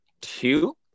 two